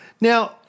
Now